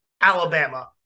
Alabama